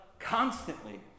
constantly